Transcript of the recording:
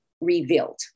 revealed